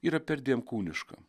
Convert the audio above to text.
yra perdėm kūniška